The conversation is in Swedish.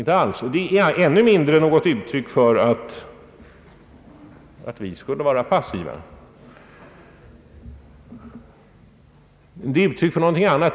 Det är ännu mindre något uttryck för att vi skulle vara passiva. Det är uttryck för någonting helt annat.